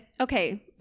okay